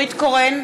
נורית קורן,